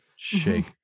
shake